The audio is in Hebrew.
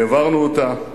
העברנו אותה.